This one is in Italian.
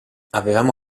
avevamo